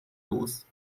los